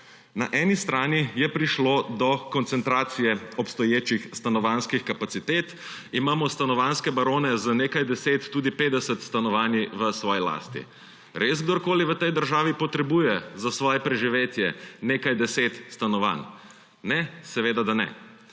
Na eni strani je prišlo do koncentracije obstoječih stanovanjskih kapacitet. Imamo stanovanjske barone z nekaj deset, tudi 50 stanovanji v svoji lasti. Res kdorkoli v tej državi potrebuje za svoje preživetje nekaj deset stanovanj? Ne, seveda da ne.